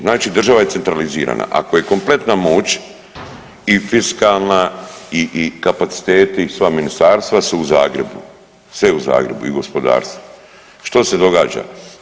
Znači država je centralizirana, ako je kompletna moć i fiskalna i kapaciteti sva ministarstva su u Zagrebu, sve je u Zagrebu i gospodarstvo, što se događa?